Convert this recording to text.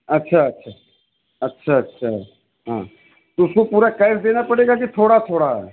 अच्छा अच्छा अच्छा अच्छा हाँ तो उसको पूरा कैश देना पड़ेगा कि थोड़ा थोड़ा